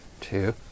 Two